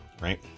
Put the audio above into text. right